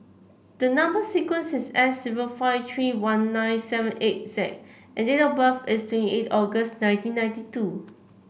the number sequence is S zero five three one nine seven eight Z and date of birth is twenty eight August nineteen ninety two